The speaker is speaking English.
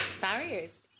barriers